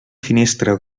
finestra